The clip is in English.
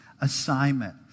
assignment